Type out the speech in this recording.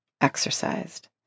exercised